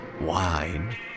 wine